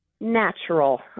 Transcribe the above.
natural